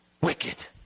Wicked